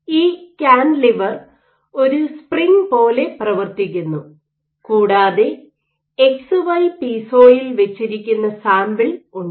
ഈ കാന്റിലിവർ ഒരു സ്പ്രിംഗ് പോലെ പ്രവർത്തിക്കുന്നു കൂടാതെ എക്സ് വൈ പീസോയിൽ വെച്ചിരിക്കുന്ന സാമ്പിൾ ഉണ്ട്